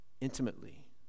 intimately